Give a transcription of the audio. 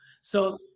So-